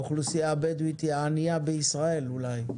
האוכלוסייה הבדואית היא הענייה בישראל אולי,